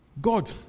God